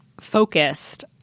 focused